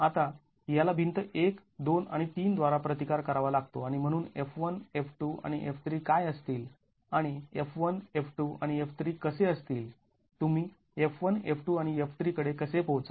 आता याला भिंत १ २ आणि ३ द्वारा प्रतिकार करावा लागतो आणि म्हणून F1 F2 आणि F3 काय असतील आणि F1 F2 आणि F3 कसे असतील तुम्ही F1 F2 आणि F3 कडे कसे पोहोचाल